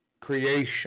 creation